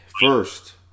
first